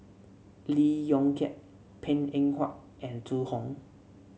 Lee Yong Kiat Png Eng Huat and Zhu Hong